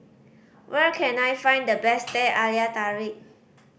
where can I find the best Teh Halia Tarik